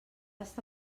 està